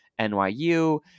NYU